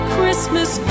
Christmas